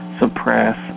suppress